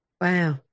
wow